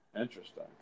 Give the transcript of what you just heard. Interesting